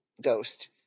ghost